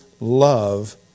love